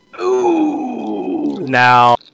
Now